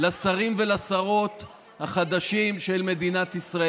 התחיל להטיח האשמות בחבר הכנסת מנסור,